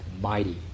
mighty